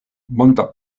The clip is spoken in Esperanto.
monda